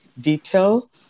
detail